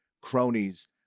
cronies